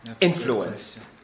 influence